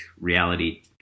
reality –